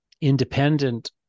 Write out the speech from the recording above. independent